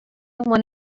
one